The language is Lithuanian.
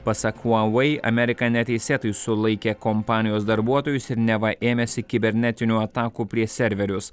pasak huawei amerika neteisėtai sulaikė kompanijos darbuotojus ir neva ėmėsi kibernetinių atakų prieš serverius